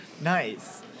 Nice